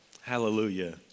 Hallelujah